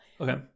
Okay